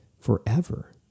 forever